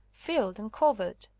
field and covert.